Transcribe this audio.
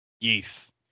Yes